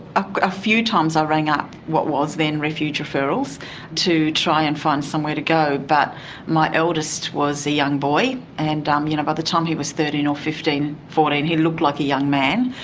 ah a few times i rang up what was then refuge referrals to try and find somewhere to go, but my eldest was a young boy and um you know by the time he was thirteen or fifteen, fourteen, he looked like a young man,